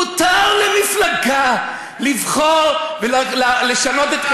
מותר למפלגה לבחור ולשנות את,